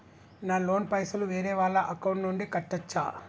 నా లోన్ పైసలు వేరే వాళ్ల అకౌంట్ నుండి కట్టచ్చా?